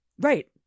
Right